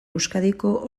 euskadiko